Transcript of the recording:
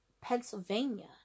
Pennsylvania